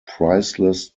priceless